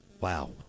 Wow